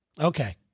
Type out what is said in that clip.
Okay